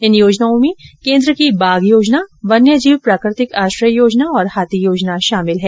इन योजनाओं में केन्द्र की बाघ योजना वन्य जीव प्राकृतिक आश्रय योजना और हाथी योजना शामिल हैं